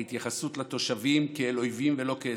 ההתייחסות לתושבים כאל אויבים ולא כאזרחים.